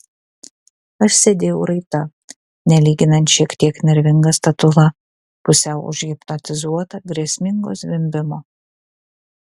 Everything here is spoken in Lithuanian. aš sėdėjau raita nelyginant šiek tiek nervinga statula pusiau užhipnotizuota grėsmingo zvimbimo